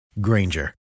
Granger